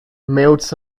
mutes